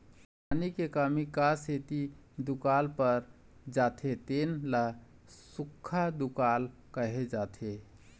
पानी के कमी क सेती दुकाल पर जाथे तेन ल सुक्खा दुकाल कहे जाथे